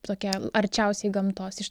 tokia arčiausiai gamtos iš